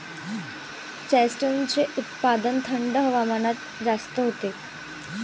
चेस्टनटचे उत्पादन थंड हवामानात जास्त होते